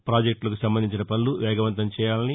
ప్రాజెక్టులకు సంబంధించిన పనులను వేగవంతం చేయాలని